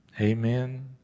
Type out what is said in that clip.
Amen